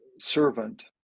servant